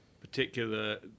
particular